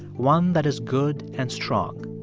one that is good and strong.